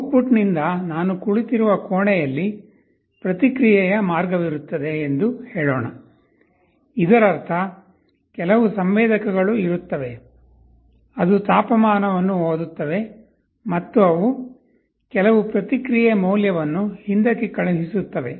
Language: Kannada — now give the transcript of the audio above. ಔಟ್ಪುಟ್ ನಿಂದ ನಾನು ಕುಳಿತಿರುವ ಕೋಣೆಯಲ್ಲಿ ಪ್ರತಿಕ್ರಿಯೆಯ ಮಾರ್ಗವಿರುತ್ತದೆ ಎಂದು ಹೇಳೋಣ ಇದರರ್ಥ ಕೆಲವು ಸಂವೇದಕಗಳು ಇರುತ್ತವೆ ಅದು ತಾಪಮಾನವನ್ನು ಓದುತ್ತವೆ ಮತ್ತು ಅವು ಕೆಲವು ಪ್ರತಿಕ್ರಿಯೆ ಮೌಲ್ಯವನ್ನು ಹಿಂದಕ್ಕೆ ಕಳುಹಿಸುತ್ತವೆ